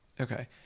Okay